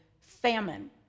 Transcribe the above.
famine